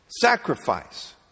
sacrifice